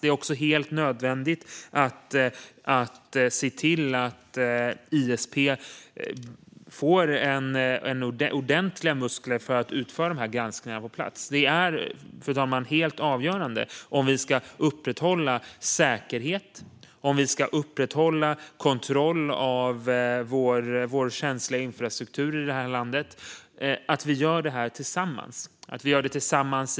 Det är också helt nödvändigt att se till att ISP får ordentliga muskler för att utföra granskningarna på plats. Om vi ska kunna upprätthålla vår säkerhet och kontrollen över vår känsliga infrastruktur i det här landet, fru talman, är det helt avgörande att vi gör det tillsammans.